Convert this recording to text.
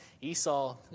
Esau